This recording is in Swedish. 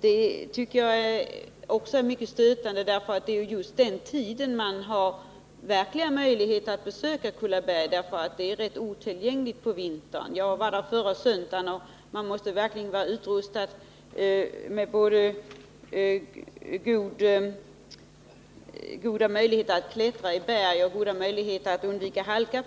finner jag mycket stötande, för det är ju just under den tiden man verkligen har möjlighet att besöka Kullaberg. Området är nämligen så otillgängligt på vintern. Jag var där förra söndagen, och jag kunde konstatera att det inte var så enkelt att vistas där — det krävdes kondition för att orka klättra i berg och man kunde lätt halka.